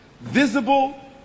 visible